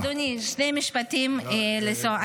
אדוני, שני משפטים לסוף.